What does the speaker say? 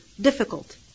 difficult